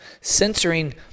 censoring